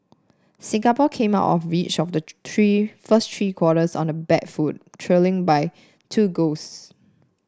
Singapore came out of each of the first three quarters on the back foot trailing by two goals